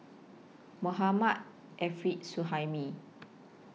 Mohammad Arif Suhaimi